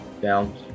Down